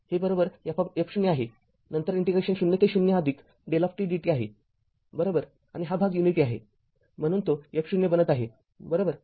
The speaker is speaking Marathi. हे f0 आहे नंतर इंटिग्रेशन 0 ते 0 δ dt आहे बरोबर आणि हा भाग युनिटी आहे म्हणून तो f0 बनत आहे बरोबर